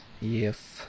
Yes